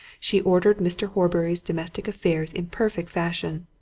she ordered mr. horbury's domestic affairs in perfect fashion,